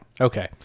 Okay